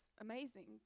amazing